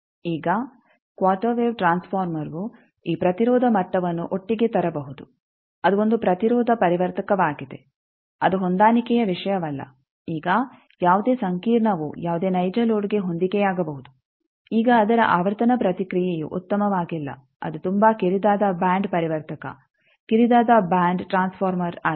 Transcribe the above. ಈಗ quarter wave ಟ್ರಾನ್ಸ್ ಫಾರ್ಮರ್ವು ಈ ಪ್ರತಿರೋಧ ಮಟ್ಟವನ್ನು ಒಟ್ಟಿಗೆ ತರಬಹುದು ಅದು ಒಂದು ಪ್ರತಿರೋಧ ಪರಿವರ್ತಕವಾಗಿದೆ ಅದು ಹೊಂದಾಣಿಕೆಯ ವಿಷಯವಲ್ಲ ಈಗ ಯಾವುದೇ ಸಂಕೀರ್ಣವು ಯಾವುದೇ ನೈಜ ಲೋಡ್ಗೆ ಹೊಂದಿಕೆಯಾಗಬಹುದು ಈಗ ಅದರ ಆವರ್ತನ ಪ್ರತಿಕ್ರಿಯೆಯು ಉತ್ತಮವಾಗಿಲ್ಲ ಅದು ತುಂಬಾ ಕಿರಿದಾದ ಬ್ಯಾಂಡ್ ಪರಿವರ್ತಕ ಕಿರಿದಾದ ಬ್ಯಾಂಡ್ ಟ್ರಾನ್ಸ್ ಫಾರ್ಮರ್ ಆಗಿದೆ